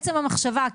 עצם המחשבה,